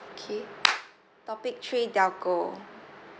okay topic three telco